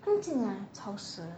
刚进来吵死了